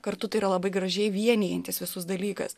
kartu tai yra labai gražiai vienijantis visus dalykas